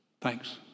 Thanks